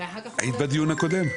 ואחר כך --- היית בדיוק הקודם?